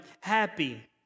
happy